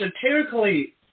satirically